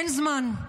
אין זמן.